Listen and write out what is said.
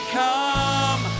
come